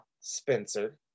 Spencer